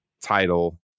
title